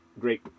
great